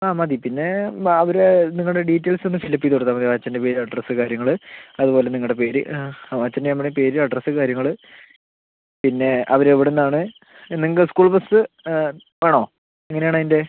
ആ മതി പിന്നെ അവർ നിങ്ങളുടെ ഡീറ്റെയിൽസ് ഒന്ന് ഫില്ല് അപ്പ് ചെയ്ത് കൊടുത്താൽ മതി അച്ഛൻ്റെ പേര് അഡ്രസ്സ് കാര്യങ്ങൾ അതുപോലെ നിങ്ങളുടെ പേര് ആ അച്ഛൻ്റെ അമ്മയുടെ പേര് അഡ്രസ്സ് കാര്യങ്ങൾ പിന്നെ അവർ എവിടെ നിന്ന് ആണ് നിങ്ങൾക്ക് സ്കൂൾ ബസ് വേണോ എങ്ങനെ ആണ് അതിൻ്റെ